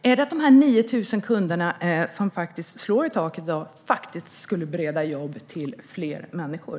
Är det att de 9 000 kunder som faktiskt slår i taket i dag skulle bereda jobb för fler människor?